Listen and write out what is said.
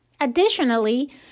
Additionally